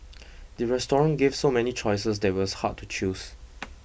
the restaurant gave so many choices that it was hard to choose